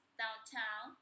downtown